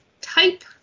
type